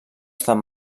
estat